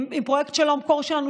פרויקט "שלום קור" שלנו,